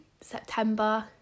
September